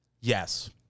Yes